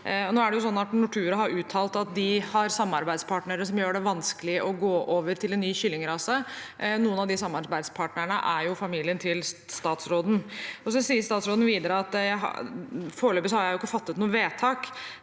Nortura har uttalt at de har samarbeidspartnere som gjør det vanskelig å gå over til en ny kyllingrase, og noen av de samarbeidspartnerne er familien til statsråden. Så sier statsråden videre at han foreløpig ikke har fattet noe vedtak: